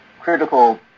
critical